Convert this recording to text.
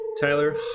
Tyler